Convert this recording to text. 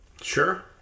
Sure